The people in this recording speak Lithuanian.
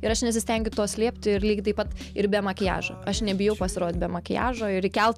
ir aš nesistengiu to slėpti ir lygiai taip pat ir be makiažo aš nebijau pasirodyt be makiažo ir įkelt